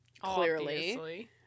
clearly